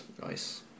nice